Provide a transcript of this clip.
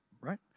right